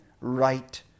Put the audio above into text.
right